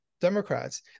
Democrats